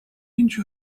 inch